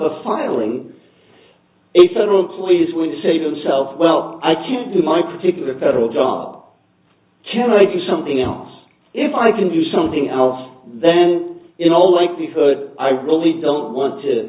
spiraling a federal employee is going to say to themselves well i can't do my particular federal job can i do something else if i can do something else then in all likelihood i really don't want to